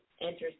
enters